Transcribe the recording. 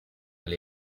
elle